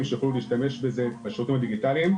שיוכלו להשתמש בזה בשירותים הדיגיטליים,